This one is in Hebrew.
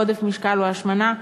עודף משקל או השמנה,